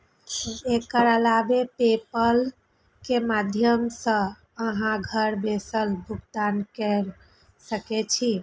एकर अलावे पेपल के माध्यम सं अहां घर बैसल भुगतान कैर सकै छी